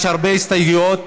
יש הרבה הסתייגויות.